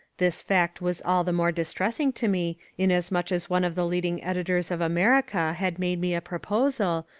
this fact was all the more distressing to me in as much as one of the leading editors of america had made me a proposal,